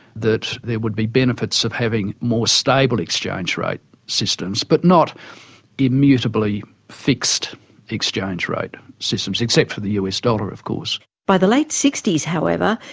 that there would be benefits of having more stable exchange rate systems, but not immutably fixed exchange rate systems, except for the us dollar of course. by the late sixties however,